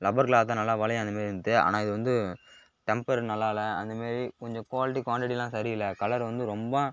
rubber cloth தான் நல்லா வளையும் இந்த மாரி இருந்தது ஆனால் இது வந்து டெம்பர் நல்லாயில அந்த மாரி கொஞ்சம் குவாலிட்டி குவாண்டிட்டியெலாம் சரி இல்லை கலர் வந்து ரொம்ப